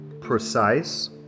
precise